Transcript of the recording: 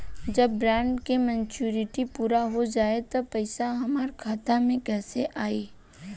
जब बॉन्ड के मेचूरिटि पूरा हो जायी त पईसा हमरा खाता मे कैसे आई?